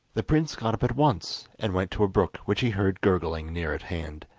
the prince got up at once and went to a brook which he heard gurgling near at hand.